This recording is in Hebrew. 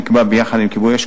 נקבע ביחד עם כיבוי אש,